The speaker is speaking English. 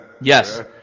Yes